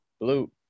Blue